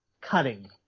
cutting